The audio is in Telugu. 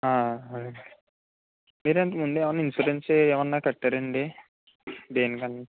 ఆ అలాగే మీరుఎంతండీ అవును ఇన్సూరెన్స్ ఏమైనా కట్టారండి దేనికన్నా